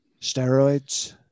steroids